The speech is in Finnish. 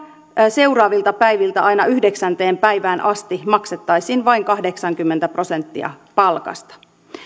seuraavilta päiviltä aina yhdeksänteen päivään asti maksettaisiin vain kahdeksankymmentä prosenttia palkasta